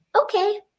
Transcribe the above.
okay